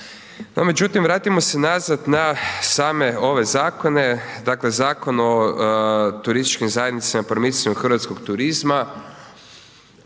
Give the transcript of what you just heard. međutim, vratimo se nazad na same ove zakone, dakle Zakon o turističkim zajednicama i promicanju hrvatskog turizma,